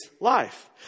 life